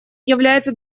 является